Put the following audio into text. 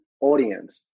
audience